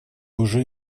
уже